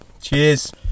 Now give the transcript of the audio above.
cheers